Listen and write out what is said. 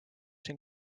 siin